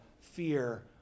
fear